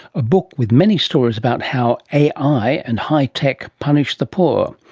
a book with many stories about how ai and high-tech punish the poor.